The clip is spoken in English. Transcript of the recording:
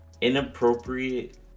inappropriate